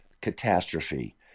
catastrophe